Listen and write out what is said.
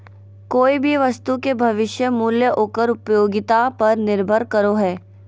कोय भी वस्तु के भविष्य मूल्य ओकर उपयोगिता पर निर्भर करो हय